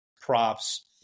props